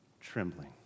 Trembling